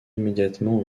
immédiatement